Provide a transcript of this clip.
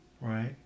right